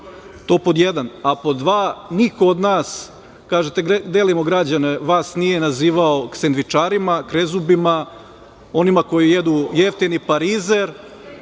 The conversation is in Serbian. To pod jedan. Pod dva, niko od nas, kažete delimo građane, vas nije nazivao sendvičarima, krezubima, onima koji jedu jeftini parizer